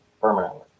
permanently